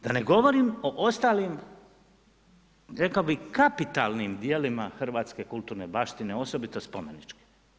Da ne govorim o ostalim rekao bi, kapitalnim djelima hrvatske kulturne baštine osobito spomeničke.